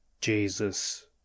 jesus